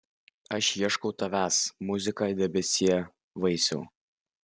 aš ieškau tavęs muzika debesie vaisiau